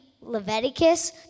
Leviticus